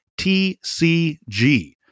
TCG